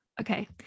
Okay